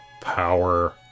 power